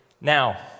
Now